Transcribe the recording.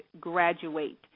graduate